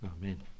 Amen